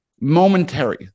momentary